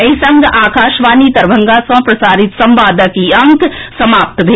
एहि संग आकाशवाणी दरभंगा सँ प्रसारित संवादक ई अंक समाप्त भेल